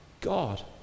God